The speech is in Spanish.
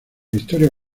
historia